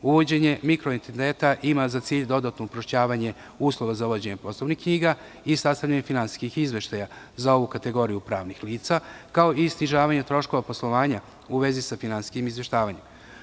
Uvođenje mikro entiteta ima za cilj dodatno uprošćavanje uslova za vođenje poslovnih knjiga i sastavljanje finansijskih izveštaja za ovu kategoriju pravnih lica, kao i snižavanje troškova poslovanja u vezi sa finansijskim izveštavanjem.